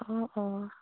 অঁ অঁ